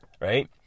right